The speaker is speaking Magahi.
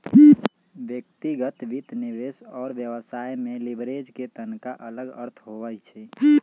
व्यक्तिगत वित्त, निवेश और व्यवसाय में लिवरेज के तनका अलग अर्थ होइ छइ